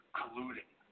colluding